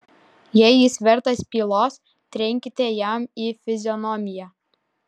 jei jis vertas pylos trenkite jam į fizionomiją